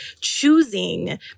choosing